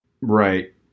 Right